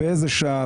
באיזה שער,